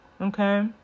Okay